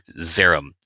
Zerum